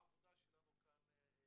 העובדה שבשלוש השנים האחרונות